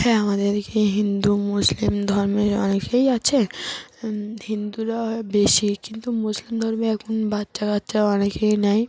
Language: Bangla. হ্যাঁ আমাদেরকে হিন্দু মুসলিম ধর্মের অনেকেই আছে হিন্দুরা বেশি কিন্তু মুসলিম ধর্মে এখন বাচ্চা কাচ্চা অনেকেই নেয়